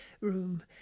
room